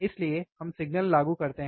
इसलिए हम सिग्नल लागू करते हैं